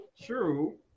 True